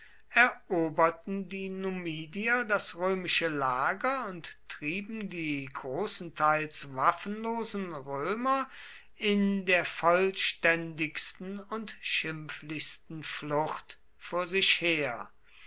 eroberten die numidier das römische lager und trieben die großenteils waffenlosen römer in der vollständigsten und schimpflichsten flucht vor sich her